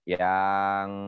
yang